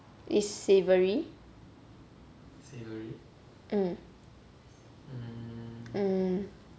it's savoury mm mm